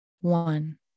one